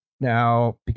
now